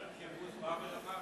השם "קיבוץ" בא מרבי נחמן